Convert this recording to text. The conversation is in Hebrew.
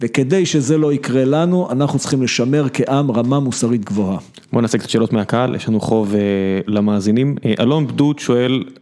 וכדי שזה לא יקרה לנו, אנחנו צריכים לשמר כעם רמה מוסרית גבוהה. בו נעשה קצת שאלות מהקהל, יש לנו חוב למאזינים. אלון גדוד שואל